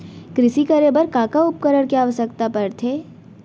कृषि करे बर का का उपकरण के आवश्यकता परथे?